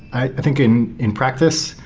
i think in in practice,